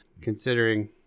considering